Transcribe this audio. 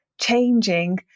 changing